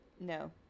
No